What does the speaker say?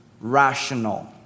rational